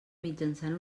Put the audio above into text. mitjançant